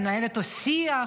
לנהל איתו שיח,